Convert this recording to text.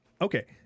Okay